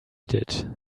did